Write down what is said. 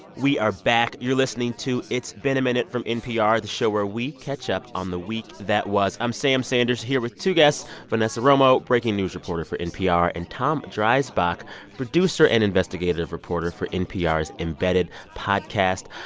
we are back. you're listening to it's been a minute from npr, the show where we catch up on the week that was. i'm sam sanders here with two guests vanessa romo, breaking news reporter for npr, and tom dreisbach, producer and investigative reporter for npr's embedded podcast.